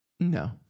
No